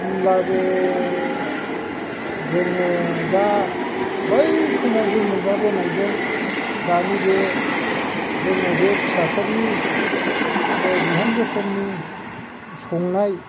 होनब्लाबो जोङो दा बै समाव जों मोनजाबोनायजों दानि बे जोङो बे फिसाफोरनि बे बिहामजोफोरनि संनाय